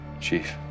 Chief